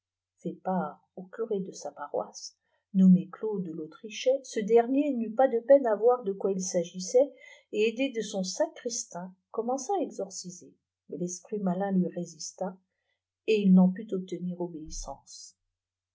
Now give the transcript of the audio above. lait part au curé de sa paroisse nommé claude laulrichet ce ilernier n'ut pals de peine à voir de quoi il s'agissait et aidé de son sacristain commença à exorciser mais i esprit malin lui résista et il nen put obtenir obéissance